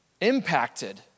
impacted